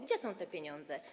Gdzie są te pieniądze?